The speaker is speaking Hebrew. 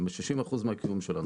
הן 60% מהקיום שלנו.